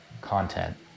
content